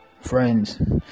friends